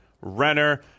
Renner